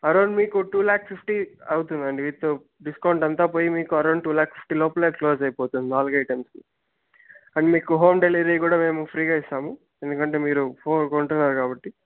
around మీకు two lakhs fifty అవుతుందండి with discount అంతా పోయి మీకు అరౌండ్ టూ ల్యాక్స్ ఫిఫ్టీ లోపల క్లోస్ అయిపోతుంది నాలుగు ఐటమ్స్ అండ్ మేము హోమ్ డెలివరీ కూడా మీకు మేము ఫ్రీగా ఇస్తాము ఎందుకంటే మీరు ఫోర్ కొంటున్నారు కాబట్టి